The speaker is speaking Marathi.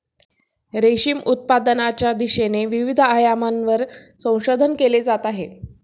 रेशीम उत्पादनाच्या दिशेने विविध नवीन आयामांवर संशोधन केले जात आहे